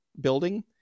building